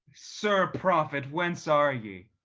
sir prophet, whence are ye?